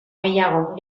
gehiago